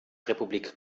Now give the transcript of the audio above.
republik